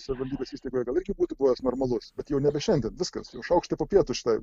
savivaldybės įstaigoje gal irgi būtų buvęs normalus bet jau nebe šiandien viskas jau šaukštai popietų šitai